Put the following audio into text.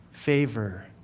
Favor